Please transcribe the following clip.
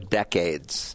decades